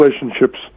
relationships